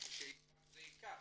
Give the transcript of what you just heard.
ומי שייקח ייקח.